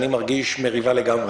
אני מרגיש מריבה לגמרי.